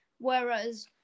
Whereas